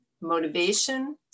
motivation